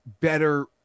better